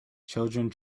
children